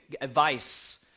advice